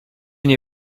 nie